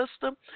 system